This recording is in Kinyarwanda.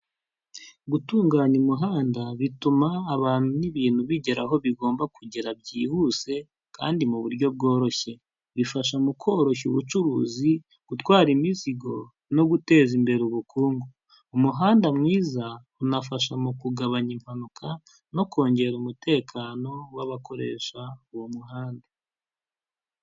Gutunganya umuhanda bituma abantu n'ibintu bigeraho bigomba kugera byihuse kandi mu buryo bworoshye, bifasha mu koroshya ubucuruzi, gutwara imizigo no guteza imbere ubukungu, umuhanda mwiza unafasha mu kugabanya impanuka no kongera umutekano w'abakoresha uwo muhanda.